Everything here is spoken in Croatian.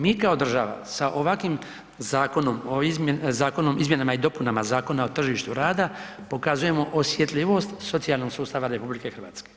Mi kao država sa ovakvim zakonom o izmjenama i dopunama Zakona o tržištu rada, pokazujemo osjetljivost socijalnog sustava RH.